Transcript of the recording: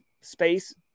space